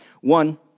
One